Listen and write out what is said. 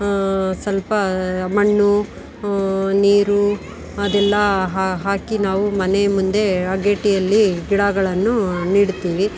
ಸ್ವಲ್ಪ ಮಣ್ಣು ನೀರು ಅದೆಲ್ಲ ಹಾಕಿ ನಾವು ಮನೆ ಮುಂದೆ ಅಗೇಡಿಯಲ್ಲಿ ಗಿಡಗಳನ್ನು ನೆಡುತ್ತೀವಿ